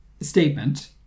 statement